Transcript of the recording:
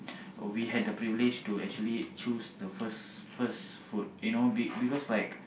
we had the privilege to actually choose the first first food you know be because like